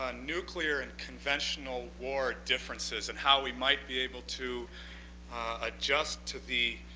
ah nuclear and conventional war differences and how we might be able to adjust to the